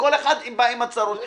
כל אחד עם הצרות שלו.